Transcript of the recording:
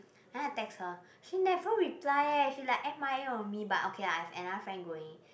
then I text her she never reply eh she like M_I_A on me but okay lah I have another friend going